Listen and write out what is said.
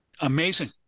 Amazing